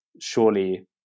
surely